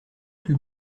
plus